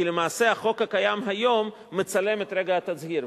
כי למעשה החוק הקיים היום מצלם את רגע התצהיר,